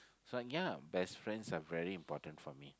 so yeah best friends are very important for me